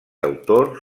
autor